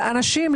לאנשים,